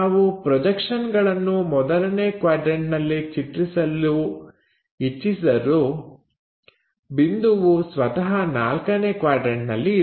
ನಾವು ಪ್ರೊಜೆಕ್ಷನ್ಗಳನ್ನು ಮೊದಲನೇ ಕ್ವಾಡ್ರನ್ಟನಲ್ಲಿ ಚಿತ್ರಿಸಲು ಇಚ್ಚಿಸಿದರೂ ಬಿಂದುವು ಸ್ವತಃ ನಾಲ್ಕನೇ ಕ್ವಾಡ್ರನ್ಟನಲ್ಲಿ ಇದೆ